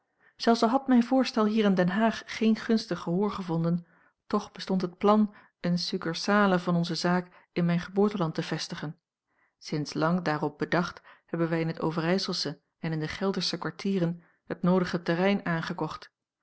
zelfs al had mijn voorstel hier in den haag geen gunstig gehoor gevonden toch bestond het plan eene succursale van onzen zaak in mijn geboorteland te vestigen sinds lang daarop bedacht hebben wij in het overijselsche en in de geldersche kwartieren het noodige terrein aangekocht